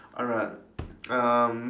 alright um